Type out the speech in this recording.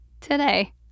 Today